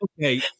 Okay